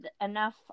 enough